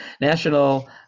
National